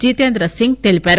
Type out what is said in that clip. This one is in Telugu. జితేంద్ర సింగ్ తెలిపారు